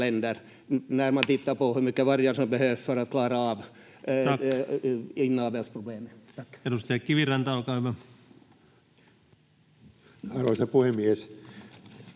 Edustaja Kiviranta, olkaa hyvä. Arvoisa puhemies!